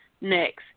Next